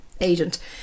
agent